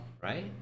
Right